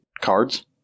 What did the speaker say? cards